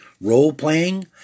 role-playing